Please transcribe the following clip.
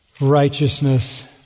righteousness